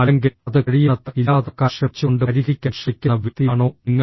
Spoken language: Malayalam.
അല്ലെങ്കിൽ അത് കഴിയുന്നത്ര ഇല്ലാതാക്കാൻ ശ്രമിച്ചുകൊണ്ട് പരിഹരിക്കാൻ ശ്രമിക്കുന്ന വ്യക്തിയാണോ നിങ്ങൾ